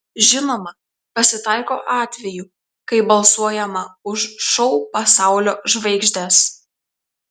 žinoma pasitaiko atvejų kai balsuojama už šou pasaulio žvaigždes